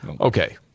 Okay